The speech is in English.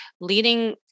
leading